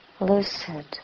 Lucid